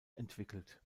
entwickelt